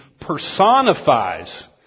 personifies